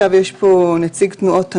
יש נציג תנועות הנוער,